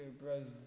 brothers